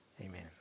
amen